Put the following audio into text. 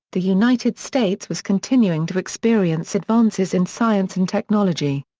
the united states was continuing to experience advances in science and technology.